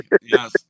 Yes